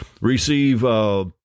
receive